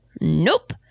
Nope